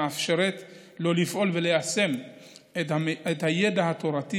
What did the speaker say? מאפשרת להם לפעול וליישם את הידע התורתי